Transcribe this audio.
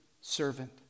servant